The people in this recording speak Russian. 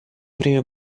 время